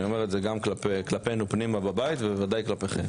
אני אומר את זה גם כלפינו פנימה בבית ובוודאי כלפיכם.